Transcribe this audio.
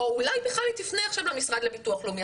או אולי בכלל היא תפנה למוסד לביטוח לאומי.